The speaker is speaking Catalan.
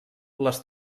les